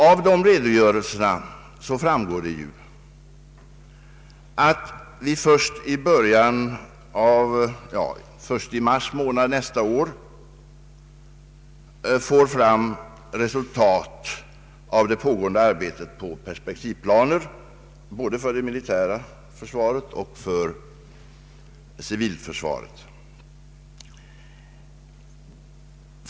Av dessa redogörelser framgår att vi först i mars månad nästa år får fram resultat av det pågående arbetet med perspektivplaner både för det militära försvaret och för civilförsvaret.